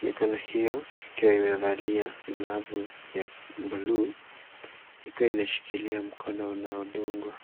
Mikono hiyo, ikiwa imevaliwa glavu za buluu, inashikilia sindano inayodungwa.